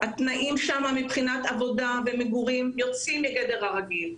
איפה שהתנאים מבחינת עבודה ומגורים יוצאים מגדר הרגיל,